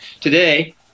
Today